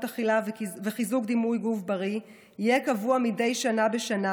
אכילה ולחיזוק דימוי גוף בריא יהיה קבוע מדי שנה בשנה,